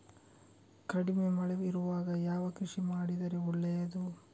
ಕಡಿಮೆ ಮಳೆ ಇರುವಾಗ ಯಾವ ಕೃಷಿ ಮಾಡಿದರೆ ಒಳ್ಳೆಯದು?